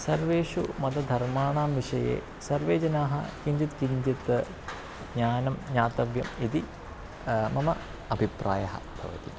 सर्वेषु मतधर्माणां विषये सर्वे जनाः किञ्चित् किञ्चित् ज्ञानं ज्ञातव्यम् इति मम अभिप्रायः भवति